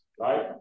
Right